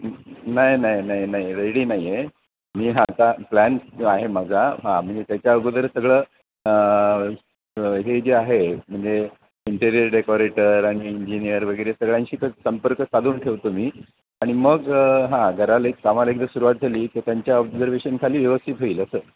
नाही नाही नाही नाही रेडी नाही आहे मी हां प्लॅन आहे माझा हां म्हणजे त्याच्या अगोदर सगळं हे जे आहे म्हणजे इंटिरियर डेकोरेटर आणि इंजिनिअर वगैरे सगळ्यांशी संपर्क साधून ठेवतो मी आणि मग हां घराला एक कामाला एकदा सुरुवात झाली की त्यांच्या ऑब्झर्वेशनखाली व्यवस्थित होईल असं